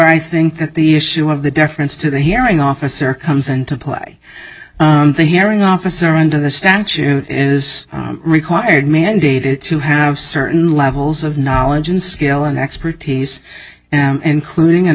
i think that the issue of the deference to the hearing officer comes into play the hearing officer under the statute is required mandated to have certain levels of knowledge and skill and expertise and clearing and